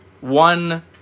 one